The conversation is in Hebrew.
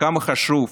וכמה חשוב,